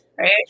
right